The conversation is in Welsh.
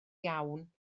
iawn